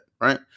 Right